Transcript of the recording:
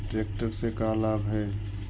Tractor से का लाभ है?